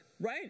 right